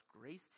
grace